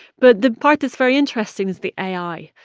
but the part that's very interesting is the ai.